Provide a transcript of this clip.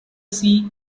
sea